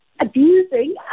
abusing